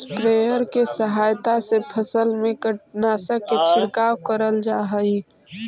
sprayer के सहायता से फसल में कीटनाशक के छिड़काव करल जा हई